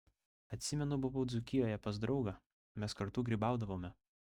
atsimenu buvau dzūkijoje pas draugą mes kartu grybaudavome